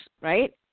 right